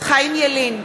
חיים ילין,